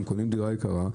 קונים דירה יקרה,